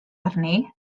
arni